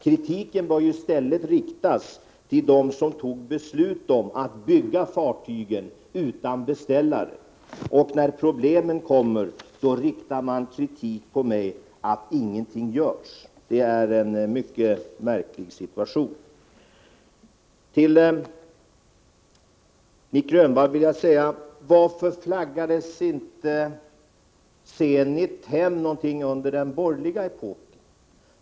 Kritiken bör i stället riktas mot dem som tog beslut om att — utan beställare — bygga fartygen. Men när problemen kommer, kritiseras jag för att ingenting görs. Det är en mycket märklig situation. Varför flaggades inte, Nic Grönvall, Zenit hem under den borgerliga epoken?